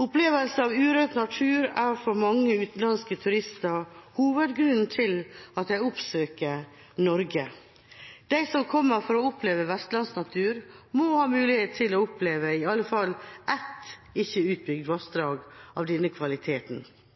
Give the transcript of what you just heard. Opplevelse av urørt natur er for mange utenlandske turister hovedgrunnen til at de oppsøker Norge. De som kommer for å oppleve vestlandsnatur, må ha mulighet til å oppleve i alle fall ett ikke utbygd